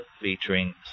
featuring